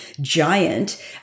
giant